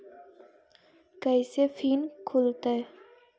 कैसे फिन खुल तय?